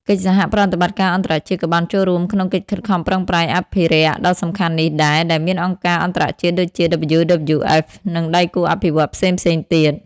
កិច្ចសហប្រតិបត្តិការអន្តរជាតិក៏បានចូលរួមក្នុងកិច្ចខិតខំប្រឹងប្រែងអភិរក្សដ៏សំខាន់នេះដែរ ដែលមានអង្គការអន្តរជាតិដូចជា WWF និងដៃគូអភិវឌ្ឍន៍ផ្សេងៗទៀត។